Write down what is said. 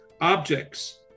objects